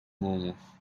humo